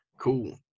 Cool